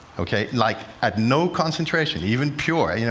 ok? like, at no concentration, even pure, you know,